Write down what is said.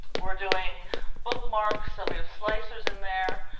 we're doing bookmarks, so we have slicers in there.